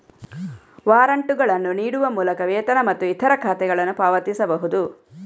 ವಾರಂಟುಗಳನ್ನು ನೀಡುವ ಮೂಲಕ ವೇತನ ಮತ್ತು ಇತರ ಖಾತೆಗಳನ್ನು ಪಾವತಿಸಬಹುದು